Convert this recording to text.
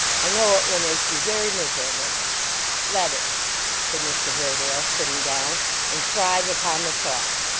i know it will make you very miserable let it said mr haredale, sitting down and thrive upon the thought.